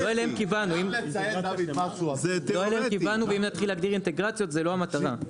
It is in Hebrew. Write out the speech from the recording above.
לא יודע אם קיבלנו ואם נתחיל להגדיר אינטגרציות זו לא המטרה.